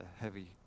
heavy